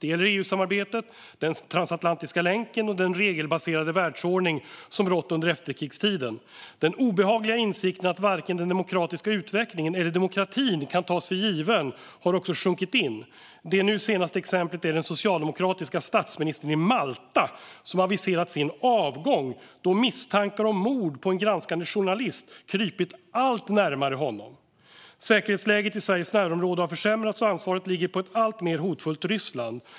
Det gäller EU-samarbetet, den transatlantiska länken och den regelbaserade världsordning som rått under efterkrigstiden. Den obehagliga insikten att varken den demokratiska utvecklingen eller demokratin kan tas för given har också sjunkit in. Det senaste exemplet är den socialdemokratiske statsministern i Malta, som aviserat sin avgång då misstankar om mord på en granskande journalist krupit allt närmare honom. Säkerhetsläget i Sveriges närområde har försämrats, och ansvaret ligger på ett alltmer hotfullt Ryssland.